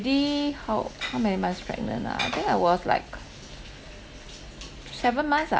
already how how many months pregnant ah I think I was like seven months ah